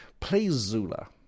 Playzula